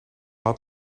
had